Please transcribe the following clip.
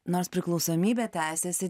nors priklausomybė tęsiasi